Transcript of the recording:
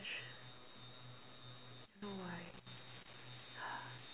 don't know why